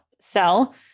sell